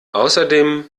außerdem